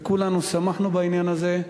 וכולנו שמחנו בעניין הזה.